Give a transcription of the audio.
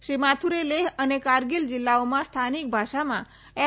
શ્રી માથુરે લેહ અને કારગીલ જિલ્લાઓમાં સ્થાનિક ભાષમાં એફ